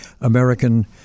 American